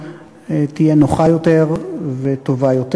תהיה נוחה יותר וטובה יותר.